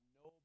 no